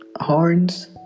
horns